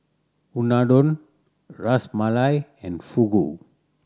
Unadon Ras Malai and Fugu